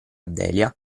delia